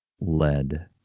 lead